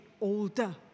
older